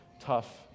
tough